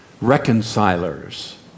reconcilers